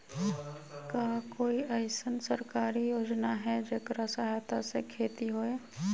का कोई अईसन सरकारी योजना है जेकरा सहायता से खेती होय?